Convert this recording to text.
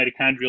mitochondrial